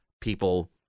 people